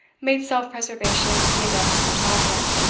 made self-preservation the adept's first object.